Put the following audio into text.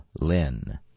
Lin